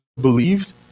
believed